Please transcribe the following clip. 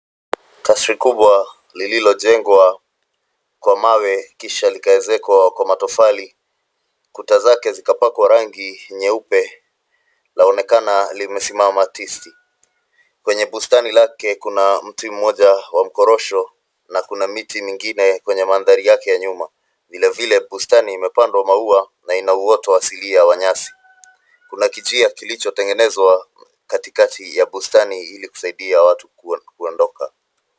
Kasri kubwa lililojengwa kwa mawe kisha likaezekwa kwa matofali kutazake zikapakwa rangi nyeupe laonekana limesimama tisti. Kwenye bustani lake kuna mti mmoja wa mkorosho na kuna miti mingine kwenye mandhari yake ya nyuma. Vile vile bustani imepandwa maua na ina uwoto wa asili wa nyasi. Kuna kijia kilichotengenezwa katikati ya bustani ili kusaidia watu kuandoka.